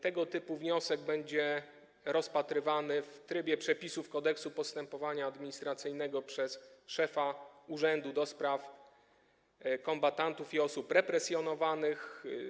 Tego typu wniosek będzie rozpatrywany w trybie przepisów Kodeksu postępowania administracyjnego przez szefa Urzędu do Spraw Kombatantów i Osób Represjonowanych.